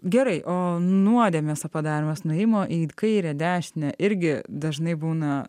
gerai o nuodėmės padarymas nuėjimo į kairę dešinę irgi dažnai būna